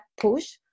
push